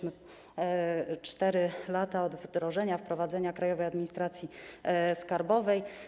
Minęły 4 lata od wdrożenia, wprowadzenia Krajowej Administracji Skarbowej.